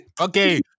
Okay